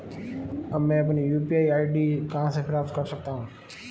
अब मैं अपनी यू.पी.आई आई.डी कहां से प्राप्त कर सकता हूं?